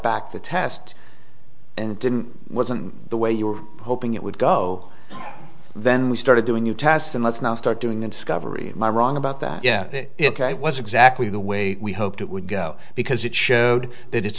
back the test and didn't wasn't the way you were hoping it would go then we started doing your test and let's not start doing it skiver my wrong about that it was exactly the way we hoped it would go because it showed that it's